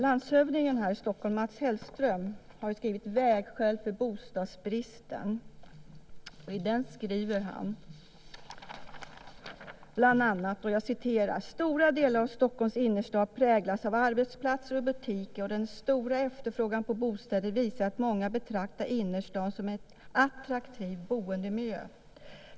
Landshövdingen i Stockholm, Mats Hellström, har skrivit rapporten Vägskäl för bostadsbristen . I den skriver han bland annat: Stora delar av Stockholms innerstad präglas av arbetsplatser och butiker, och den stora efterfrågan på bostäder visar att många betraktar innerstaden som en attraktiv boendemiljö.